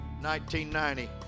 1990